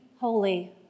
holy